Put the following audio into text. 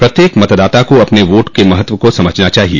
प्रत्येक मतदाता को अपन वोट के महत्व को समझना चाहिए